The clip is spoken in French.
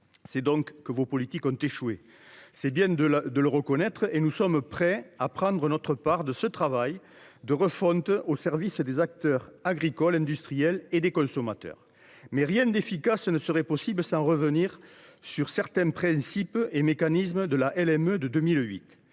C’est donc que vos politiques ont échoué. Il est bon de le reconnaître ! Nous sommes prêts à prendre notre part de ce travail de refonte au service des acteurs agricoles, des acteurs industriels et des consommateurs, mais rien d’efficace ne sera possible si l’on ne revient pas sur certains principes et mécanismes de la loi du 4